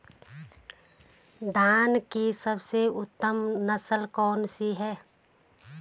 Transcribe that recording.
धान की सबसे उत्तम नस्ल कौन सी है?